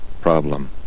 problem